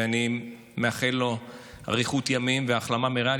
ואני מאחל לו אריכות ימים והחלמה מהרה,